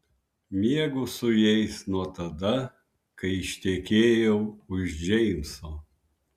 miegu su jais nuo tada kai ištekėjau už džeimso